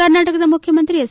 ಕರ್ನಾಟಕದ ಮುಖ್ಚಮಂತ್ರಿ ಹೆಚ್